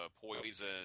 poison